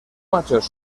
machos